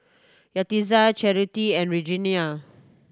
Yaritza Charity and Regenia